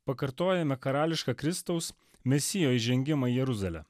pakartojame karališką kristaus mesijo įžengimą į jeruzalę